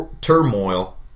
turmoil